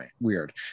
weird